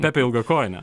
pepė ilgakojinė